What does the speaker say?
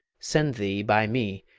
send thee by me,